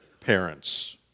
parents